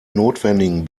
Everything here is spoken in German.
notwendigen